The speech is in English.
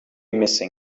missing